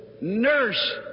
Nurse